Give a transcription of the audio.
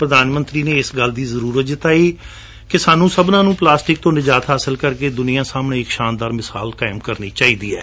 ਪ੍ਰਧਾਨ ਮੰਡਰੀ ਨੇ ਇਸ ਗੋੱਲ ਦੀ ਜਰੂਰਤ ਜਤਾਈ ਕਿ ਸਾਨੂੰ ਸਭਨਾ ੂੰ ਪਲਾਸਟਿਕ ਤੋਂ ਨਿਜਾਤ ਹਾਸਲ ਕਰਕੇ ਦੁਨੀਆ ਸਾਹਮਣੇ ਇੱਕ ਸ਼ਾਨਦਾਰ ਮਿਸਾਲ ਕਾਇਮ ਕਰਣੀ ਚਾਹੀਦੀ ਹੈ